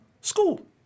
school